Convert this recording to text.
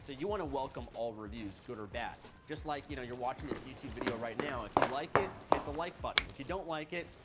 you want to welcome all reviews, good or bad. just like you know you are watching this youtube video right now, if you like it, hit the like button, if you don't like it,